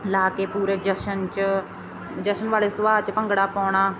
ਲਾ ਕੇ ਪੂਰੇ ਜਸ਼ਨ 'ਚ ਜਸ਼ਨ ਵਾਲੇ ਸੁਭਾਅ 'ਚ ਭੰਗੜਾ ਪਾਉਣਾ